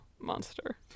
monster